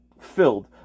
filled